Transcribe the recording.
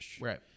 Right